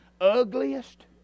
ugliest